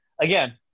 again